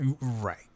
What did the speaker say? Right